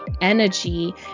energy